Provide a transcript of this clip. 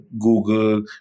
Google